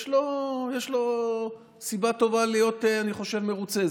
יש לו סיבה טובה, אני חושב, להיות מרוצה.